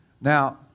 Now